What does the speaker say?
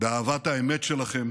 באהבת האמת שלכם